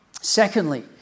Secondly